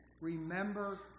remember